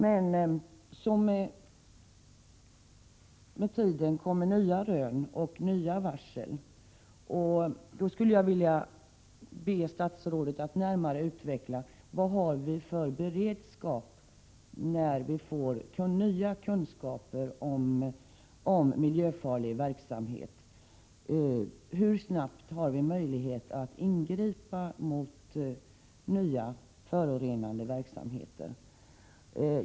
Men med tiden kommer nya rön och nya varsel, och jag skulle vilja be statsrådet att närmare utveckla vilken beredskap vi har när vi får nya kunskaper om miljöfarlig verksamhet. Hur snabbt har vi möjlighet att ingripa mot nya förorenande verksamheter?